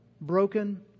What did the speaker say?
broken